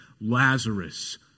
Lazarus